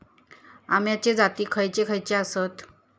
अम्याचे जाती खयचे खयचे आसत?